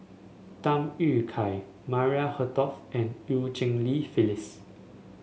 Tham Yui Kai Maria Hertogh and Eu Cheng Li Phyllis